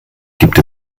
gibt